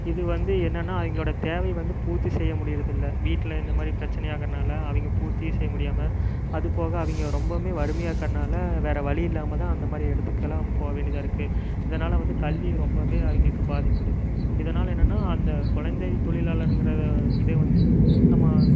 இது வந்து என்னன்னா எங்களோட தேவை வந்து பூர்த்தி செய்ய முடியிறதில்ல வீட்டில் இந்தமாதிரி பிரச்சனை ஆகுறதினால அவங்க பூர்த்தி செய்ய முடியாமல் அதுப்போக அவங்க ரொம்பவும் வறுமையாக இருக்கறதினால வேற வழி இல்லாமல் தான் அந்த மாதிரி இடத்துக்கெல்லாம் போவேண்டியதாக இருக்கு இதனால் வந்து கல்வி ரொம்பவும் அவங்களுக்கு பாதிப்படையுது இதனால் என்னன்னா அந்த குழந்தை தொழிலாளர்ங்கிற இதை வந்து நம்ம